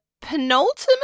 Penultimate